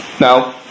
Now